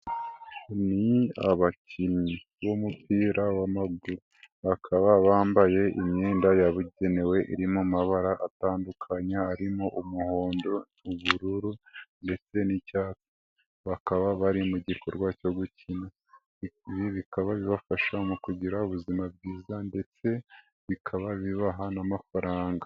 Ni abakinnyi b'umupira w'amaguru, bakaba bambaye imyenda yabugenewe iri mu amabara atandukanye arimo; umuhondo, ubururu ndetse n'icyatsi bakaba bari mu gikorwa cyo gukina, ibi bikaba bibafasha mu kugira ubuzima bwiza ndetse bikaba bibaha n'amafaranga.